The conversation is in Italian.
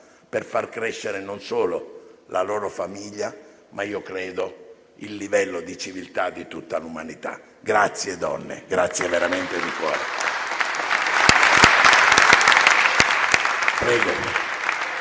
per far crescere non solo la propria famiglia, ma credo il livello di civiltà di tutta l'umanità. Grazie, donne! Grazie veramente di cuore!